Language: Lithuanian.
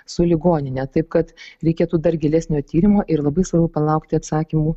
su ligonine taip kad reikėtų dar gilesnio tyrimo ir labai svarbu palaukti atsakymų